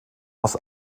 aus